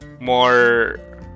more